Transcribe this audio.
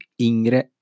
ingre